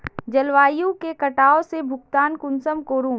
जलवायु के कटाव से भुगतान कुंसम करूम?